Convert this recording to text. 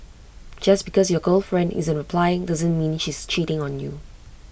just because your girlfriend isn't replying doesn't mean she's cheating on you